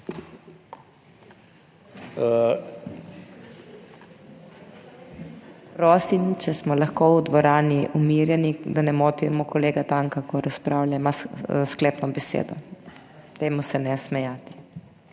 Prosim, če smo lahko v dvorani umirjeni, da ne motimo kolega Tanka, ko razpravlja, ima sklepno besedo. Dajmo se ne smejati.